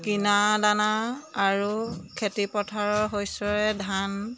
কিনা দানা আৰু খেতি পথাৰৰ শস্যৰে ধান